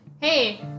Hey